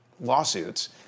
lawsuits